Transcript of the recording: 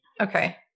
Okay